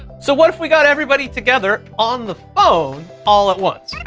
so what if we got everybody together on the phone all at once?